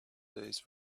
days